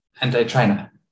anti-China